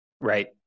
Right